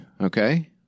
Okay